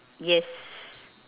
yes